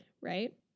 Right